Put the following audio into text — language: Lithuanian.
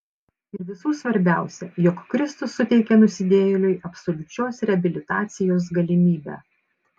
ir visų svarbiausia jog kristus suteikė nusidėjėliui absoliučios reabilitacijos galimybę